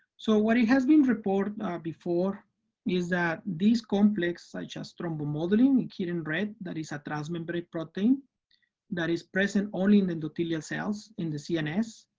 so what has been reported before is that these complexes such as thrombomodulin here in red, that is a transmembrane protein that is present only in endothelial cells in the cns,